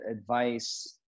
advice